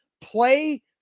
play